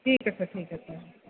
ঠিক আছে ঠিক আছে